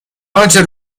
آنچه